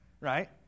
right